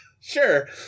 Sure